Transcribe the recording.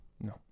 No